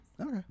Okay